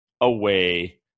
away